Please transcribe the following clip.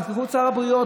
תראו את שר הבריאות.